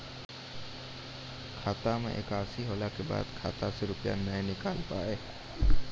खाता मे एकशी होला के बाद खाता से रुपिया ने निकल पाए?